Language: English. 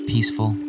peaceful